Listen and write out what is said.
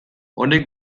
honek